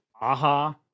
Aha